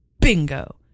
Bingo